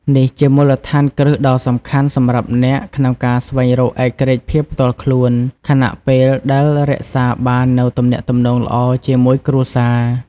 នេះជាមូលដ្ឋានគ្រឹះដ៏សំខាន់សម្រាប់អ្នក ក្នុងការស្វែងរកឯករាជ្យភាពផ្ទាល់ខ្លួន ខណៈពេលដែលរក្សាបាននូវទំនាក់ទំនងល្អជាមួយគ្រួសារ។